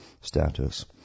status